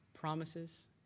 promises